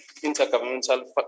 Intergovernmental